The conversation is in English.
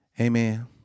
Amen